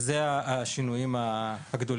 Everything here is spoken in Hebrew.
זה השינויים הגדולים.